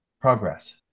Progress